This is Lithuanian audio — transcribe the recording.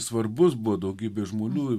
svarbus buvo daugybė žmonių